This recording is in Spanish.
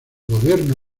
gobierno